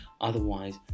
otherwise